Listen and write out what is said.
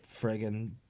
friggin